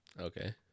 Okay